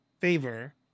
favor